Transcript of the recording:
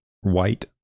white